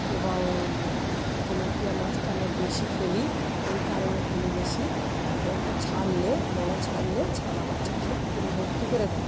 এবং তেলাপিয়া মাছটা আমরা বেশি ফেলি এই কারণে ফেলি বেশি ও ছাড়লে বড় ছাড়লে ছানা বাচ্চা তুলে পুকুরে ভর্তি করে দেয়